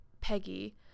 Peggy